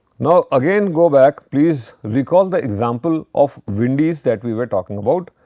now, again go back. please recall the example of wendy's that we were talking about.